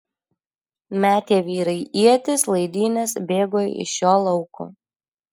metė vyrai ietis laidynes bėgo iš šio lauko